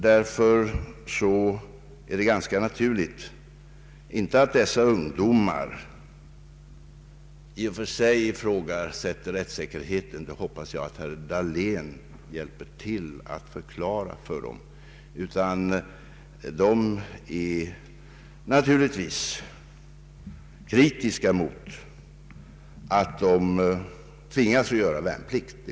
Därför är det ganska naturligt, inte att dessa ungdomar i och för sig ifrågasätter rättssäkerheten — det hoppas jag att herr Dahlén hjälper till att förklara för dem — utan att de är kritiska mot att de tvingas göra värnplikt.